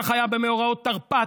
כך היה במאורעות תרפ"ט,